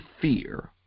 fear